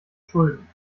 schulden